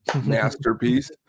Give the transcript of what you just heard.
masterpiece